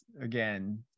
again